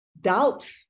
doubt